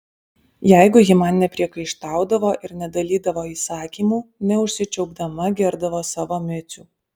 jeigu ji man nepriekaištaudavo ir nedalydavo įsakymų neužsičiaupdama girdavo savo micių